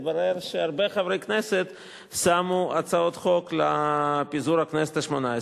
התברר שהרבה חברי כנסת שמו הצעות חוק לפיזור הכנסת השמונה-עשרה.